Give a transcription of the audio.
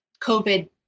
COVID